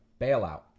Bailout